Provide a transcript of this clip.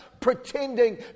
pretending